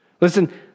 Listen